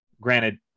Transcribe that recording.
Granted